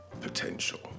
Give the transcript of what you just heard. Potential